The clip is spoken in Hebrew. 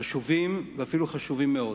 חשובים, ואפילו חשובים מאוד,